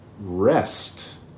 rest